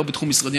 לא בתחום משרדי.